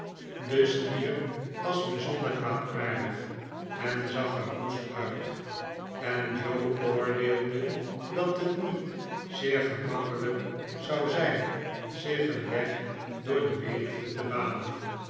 de stier was bijzonder kwaadaardig en zag er woest uit en joe oordeelde dat het niet zeer gemakkelijk zou zijn zich een weg door de menigte te banen